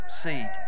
seed